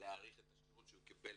ולהעריך את השירות שהוא קיבל